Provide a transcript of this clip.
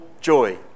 joy